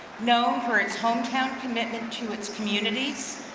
known for its hometown commitment to its communities,